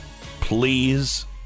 Please